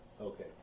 okay